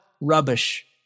rubbish